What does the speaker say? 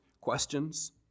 questions